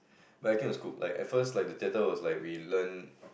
but acting was good like at first the theatre was like we learn